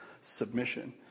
submission